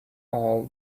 all